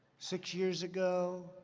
six years ago,